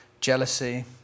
jealousy